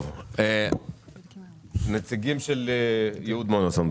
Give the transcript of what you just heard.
נציגי יהוד מונסון.